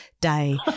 day